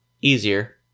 easier